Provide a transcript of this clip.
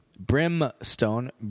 Brimstone